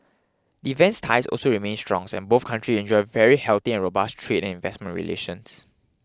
defence ties also remain strong and both country enjoy very healthy and robust trade and investment relations